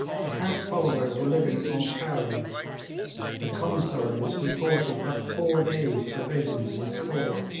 the camp followers were living on carrion the commissaries reported but four days' provisions in store,